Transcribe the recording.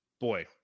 boy